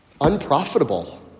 Unprofitable